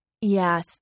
Yes